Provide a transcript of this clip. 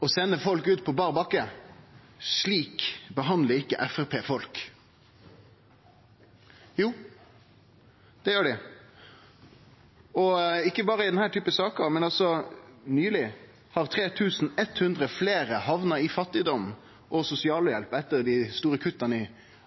å sende folk ut på bar bakke – slik behandlar ikkje Framstegspartiet folk. Jo, det gjer dei – ikkje berre i denne typen saker, men nyleg har 3 100 fleire hamna i fattigdom og på sosialhjelp etter dei store kutta i